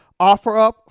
OfferUp